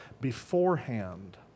beforehand